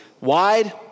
wide